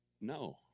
No